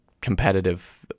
competitive